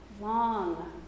long